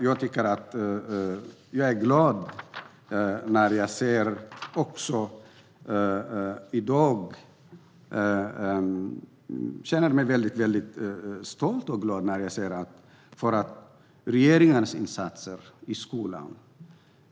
Jag känner mig stolt och glad när jag ser på regeringens insatser i skolan.